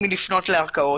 מלפנות לערכאות.